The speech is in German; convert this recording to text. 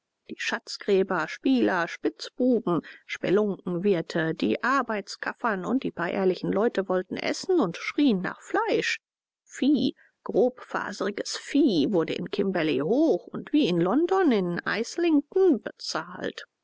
die schatzgräber spieler spitzbuben spelunkenwirte die arbeitskaffern und die paar ehrlichen leute wollten essen und schrien nach fleisch vieh grobfaseriges vieh wurde in kimberley hoch und wie in london in islington bezahlt